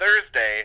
Thursday